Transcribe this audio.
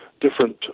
different